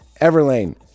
Everlane